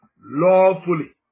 lawfully